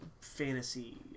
fantasy